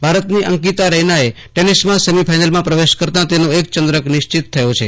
ભારતની અંકિતા રૈનાએ ટેનીસમાં સેમીફાઇનલમાં પ્રવેશ કરતાં તેનો એક ચંદ્રક નિશ્ચિત થયો છે